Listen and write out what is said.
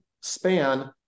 span